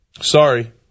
Sorry